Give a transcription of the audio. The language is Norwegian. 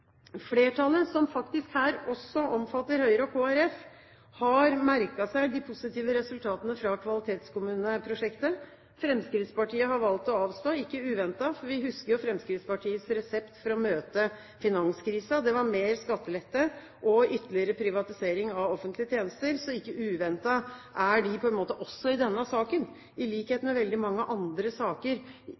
Flertallet, som faktisk her også omfatter Høyre og Kristelig Folkeparti, har merket seg de positive resultatene fra Kvalitetskommuneprosjektet. Fremskrittspartiet har valgt å avstå – ikke uventet, for vi husker jo Fremskrittspartiets resept for å møte finanskrisen. Det var mer skattelette og ytterligere privatisering av offentlige tjenester, så ikke uventet er de også i denne saken, i likhet med i veldig mange andre saker,